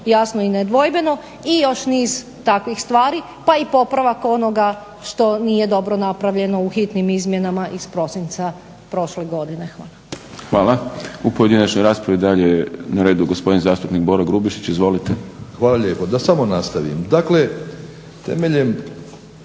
jasno i nedvojbeno i još niz takvih stvari pa i popravak onoga što nije dobro napravljeno u hitnim izmjenama iz prosinca prošle godine. Hvala. **Šprem, Boris (SDP)** Hvala. U pojedinačnoj raspravi i dalje na redu gospodin zastupnik Boro Grubišić. **Grubišić, Boro (HDSSB)** Hvala lijepo. DA samo nastavim